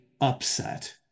upset